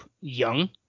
young